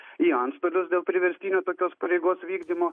į antstolius dėl priverstinio tokios pareigos vykdymo